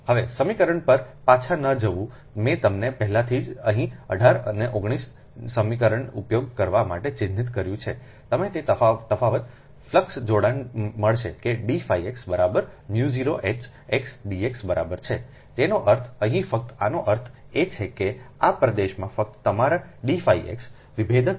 હવે સમીકરણ પર પાછા ન જવું મેં તમને પહેલાથી જ અહીં 18 અને 19 સમીકરણનો ઉપયોગ કરવા માટે ચિહ્નિત કર્યુ છે તમને તે તફાવત ફ્લક્સ જોડાણ મળશે કે d x બરાબર 0H x dx બરાબર છેતેનો અર્થ અહીં ફક્તઆનો અર્થ એ છે કે આ પ્રદેશમાં ફક્ત તમારા d x વિભેદક પ્રવાહ છે